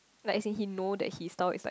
like since he know that his style is like